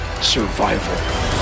survival